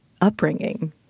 upbringing